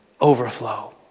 overflow